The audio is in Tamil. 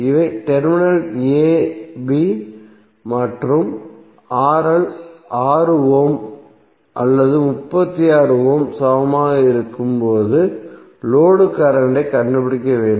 இவை டெர்மினல்கள் a b மற்றும் 6 ஓம் அல்லது 36 ஓம் சமமாக இருக்கும் போது லோடு மூலம் கரண்ட் ஐ கண்டுபிடிக்க வேண்டும்